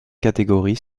catégories